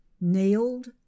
nailed